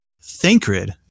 Thancred